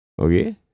Okay